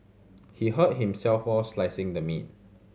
he hurt himself while slicing the meat